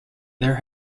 there